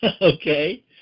okay